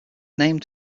named